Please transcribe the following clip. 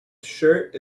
shirt